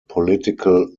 political